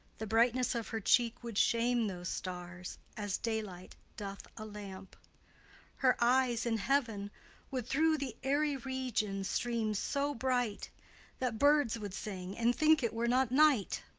the brightness of her cheek would shame those stars as daylight doth a lamp her eyes in heaven would through the airy region stream so bright that birds would sing and think it were not night.